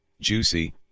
juicy